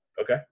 Okay